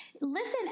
listen